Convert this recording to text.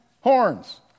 horns